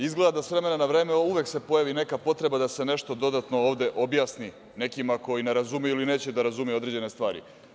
Izgleda da se, s vremena na vreme, uvek pojavi neka potreba da se nešto dodatno ovde objasni nekima koji ne razumeju ili neće da razumeju određene stvari.